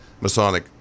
Masonic